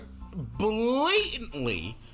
blatantly